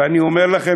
ואני אומר לכם,